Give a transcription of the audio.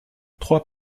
trois